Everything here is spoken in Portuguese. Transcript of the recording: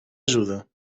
ajuda